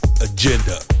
Agenda